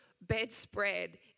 bedspread